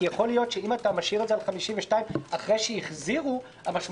כי יכול להיות שאם אתה משאיר את זה על 52 אחרי שהחזירו המשמעות